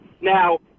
Now